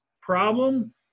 problem